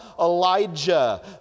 Elijah